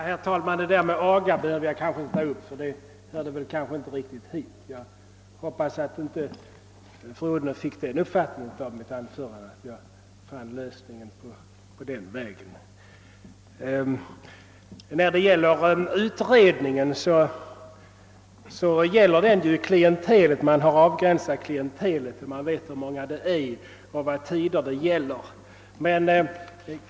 Herr talman! Frågan om aga behöver jag kanske inte ta upp, ty den hör verkligen inte hit. Statsrådet fru Odhnoff kan säkert inte ha fått den uppfattningen av mitt anförande att jag vill söka lösningen på den vägen. Utredningen gäller ett avgränsat klientel. Man vet hur många och vilka tider det är fråga om.